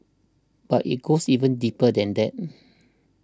but it goes even deeper than that